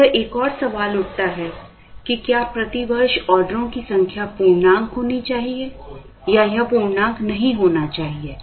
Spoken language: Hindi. अब यह एक और सवाल उठता है कि क्या प्रति वर्ष ऑर्डरों की संख्या पूर्णांक होनी चाहिए या यह पूर्णांक नहीं होना चाहिए